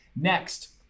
Next